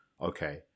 okay